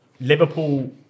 Liverpool